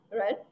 Right